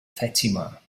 fatima